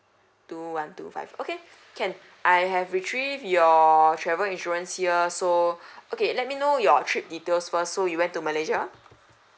two one two five okay can I have retrieved your uh travel insurance ya so okay let me know your trip details first so you went to malaysia